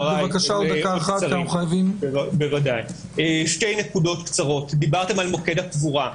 שתי נקודות בקצרה: דיברתם על מוקד הקבורה.